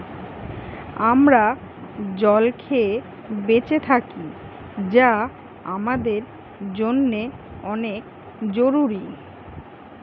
আমরা জল খেয়ে বেঁচে থাকি যা আমাদের জন্যে অনেক জরুরি